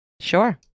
Sure